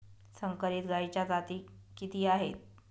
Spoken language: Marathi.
संकरित गायीच्या जाती किती आहेत?